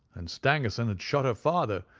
and stangerson had shot her father,